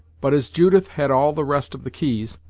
but as judith had all the rest of the keys,